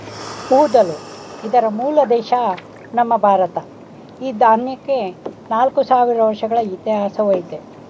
ಊದಲು ಇದರ ಮೂಲ ದೇಶ ನಮ್ಮ ಭಾರತ ಈ ದಾನ್ಯಕ್ಕೆ ನಾಲ್ಕು ಸಾವಿರ ವರ್ಷಗಳ ಇತಿಹಾಸವಯ್ತೆ